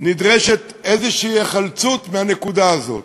נדרשת איזושהי היחלצות מהנקודה הזאת.